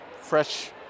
fresh